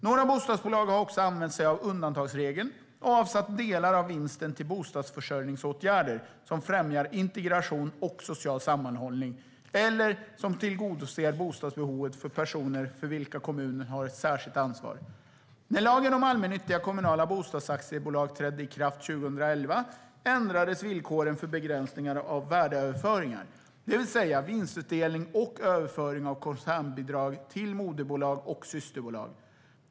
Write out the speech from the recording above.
Några bostadsbolag har också använt sig av undantagsregeln och avsatt delar av vinsten till bostadsförsörjningsåtgärder som främjar integration och social sammanhållning eller som tillgodoser bostadsbehovet för personer för vilka kommunen har ett särskilt ansvar. När lagen om allmännyttiga kommunala bostadsaktiebolag trädde i kraft 2011 ändrades villkoren för begränsningar av värdeöverföringar, det vill säga vinstutdelning och överföring av koncernbidrag till moderbolag och systerbolag.